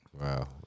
Wow